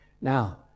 Now